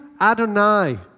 Adonai